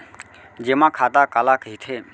जेमा खाता काला कहिथे?